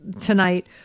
tonight